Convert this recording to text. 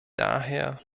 daher